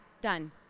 done